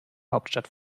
hauptstadt